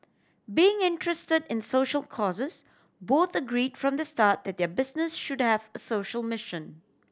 being interested in social causes both agree from the start that their business should have a social mission